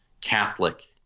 Catholic